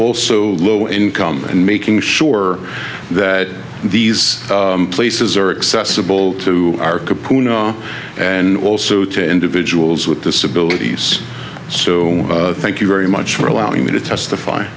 also low income and making sure that these places are accessible to and also to individuals with disabilities so thank you very much for allowing me to testify